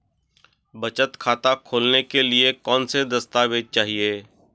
बचत खाता खोलने के लिए कौनसे दस्तावेज़ चाहिए?